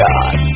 God